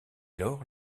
lors